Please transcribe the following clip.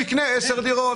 הוא יקנה 10 דירות.